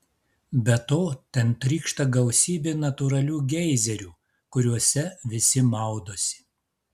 be to ten trykšta gausybė natūralių geizerių kuriuose visi maudosi